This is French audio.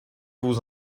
vous